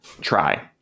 try